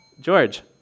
George